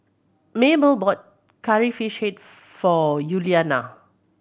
Mable bought Curry Fish Head for Yuliana